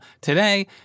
today